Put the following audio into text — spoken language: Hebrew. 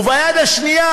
וביד השנייה,